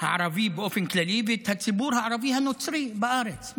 הערבי באופן כללי, ואת הציבור הערבי הנוצרי בארץ.